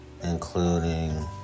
including